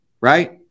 right